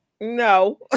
No